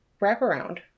wraparound